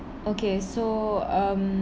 okay so um